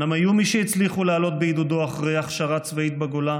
אומנם היו מי שהצליחו לעלות בעידודו אחרי הכשרה צבאית בגולה,